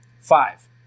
Five